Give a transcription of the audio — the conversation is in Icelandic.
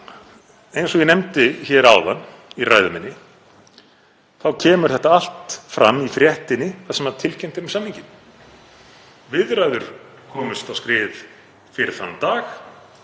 eins og ég nefndi áðan í ræðu minni kemur þetta allt fram í fréttinni þar sem tilkynnt var um samninginn. Viðræður komust á skrið fyrr þann dag,